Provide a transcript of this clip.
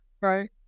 right